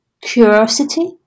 curiosity